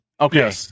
Okay